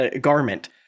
garment